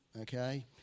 okay